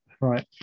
right